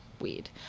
weed